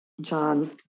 John